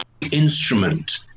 instrument